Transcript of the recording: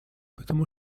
потому